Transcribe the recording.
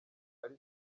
ari